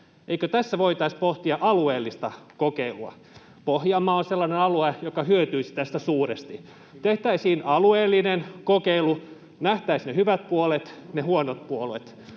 eikö tässä voitaisi pohtia alueellista kokeilua. Pohjanmaa on sellainen alue, joka hyötyisi tästä suuresti. Tehtäisiin alueellinen kokeilu. Nähtäisiin ne hyvät puolet, ne huonot puolet.